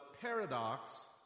paradox